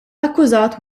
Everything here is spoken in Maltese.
akkużat